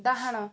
ଡାହାଣ